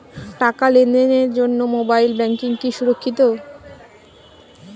টাকা লেনদেনের জন্য মোবাইল ব্যাঙ্কিং কি সুরক্ষিত?